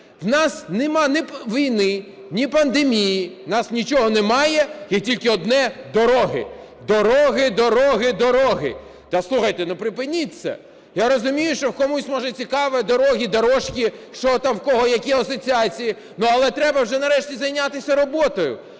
у нас нема ні війни, ні пандемії, у нас нічого немає, є тільки одне – дороги. Дороги, дороги, дороги… Та слухайте, припиніть це! Я розумію, що комусь, може, цікаво дороги, дорожки, що там в кого, які асоціації, але треба вже нарешті зайнятися роботою.